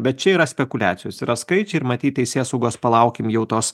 bet čia yra spekuliacijos yra skaičiai ir matyt teisėsaugos palaukim jau tos